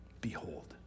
Behold